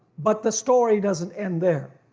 but the story doesn't end there.